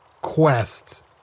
quest